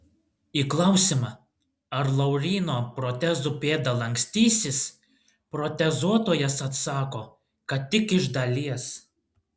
į klausimą ar lauryno protezų pėda lankstysis protezuotojas atsako kad tik iš dalies